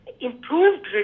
improved